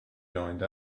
joined